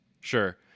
Sure